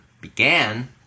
began